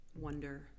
wonder